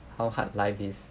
how hard life is and